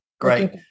Great